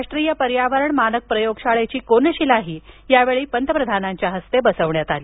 राष्ट्रीय पर्यावरण मानक प्रयोगशाळेची कोनशिलाही यावेळी पंतप्रधानांच्या हस्ते बसवण्यात आली